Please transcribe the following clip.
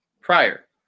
prior